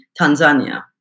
Tanzania